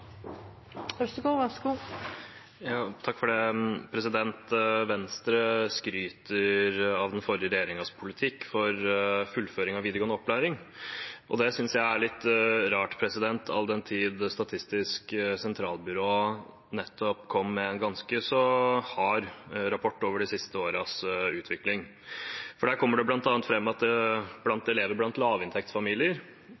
Venstre skryter av den forrige regjeringens politikk for fullføring av videregående opplæring. Det synes jeg er litt rart, all den tid Statistisk sentralbyrå nettopp kom med en ganske så hard rapport over de siste årenes utvikling. Der kommer det bl.a. fram at